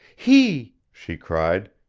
he! she cried.